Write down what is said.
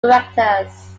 directors